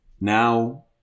Now